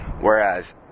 Whereas